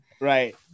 Right